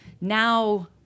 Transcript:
now